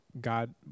God